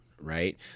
right